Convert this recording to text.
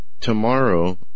tomorrow